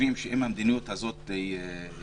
וחושבים שאם המדיניות הזאת תימשך,